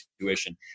intuition